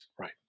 Right